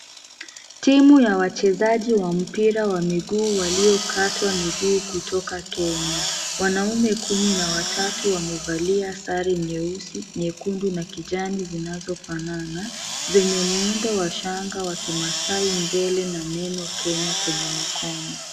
Timu ya wachezaji wa mpira wa miguu waliokatwa miguu kutoka kenya. Wanaume kumi na watatu wamevalia sare nyeusi nyekundu na kijani zinazofanana zenye uundo wa shanga ya kimaasai mbele na neno kenya kwenye mikono.